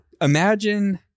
Imagine